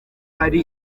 ari